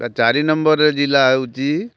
ବା ଚାରି ନମ୍ବର୍ରେ ଜିଲ୍ଲା ହେଉଛି